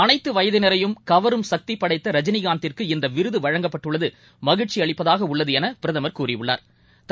அனைத்துவயதினரையும் கவரும் சக்திபடைத்தாஜினிகாந்திற்கு இந்தவிருதுவழங்கப்பட்டுள்ளதுமகிழ்ச்சிஅளிப்பதாகஉள்ளதுஎனபிரதமா் கூறியுள்ளாா்